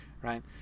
right